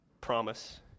promise